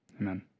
Amen